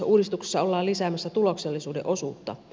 uudistuksessa ollaan lisäämässä tuloksellisuuden osuutta